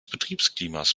betriebsklimas